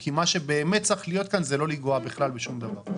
כי מה שבאמת צריך להיות כאן זה לא לנגוע בכלל בשום דבר.